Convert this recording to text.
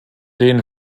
den